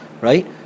right